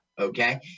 okay